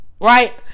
Right